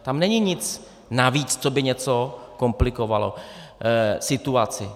Tam není nic navíc, co by něco komplikovalo situaci.